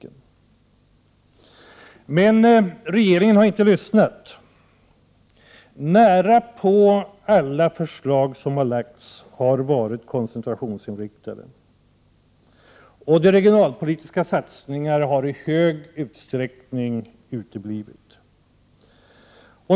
Regeringen har emellertid inte lyssnat. Närapå alla förslag som har lagts fram har varit koncentrationsinriktade. De regionalpolitiska satsningarna har i stor utsträckning uteblivit.